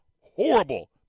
horrible